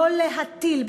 לא להטיל,